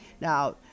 Now